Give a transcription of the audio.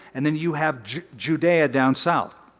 and then you have judea down south.